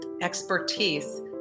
expertise